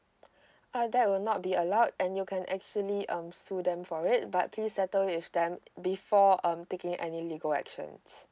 uh that will not be allowed and you can actually um sue them for it but please settle with them before um taking any legal actions